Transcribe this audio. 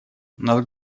нас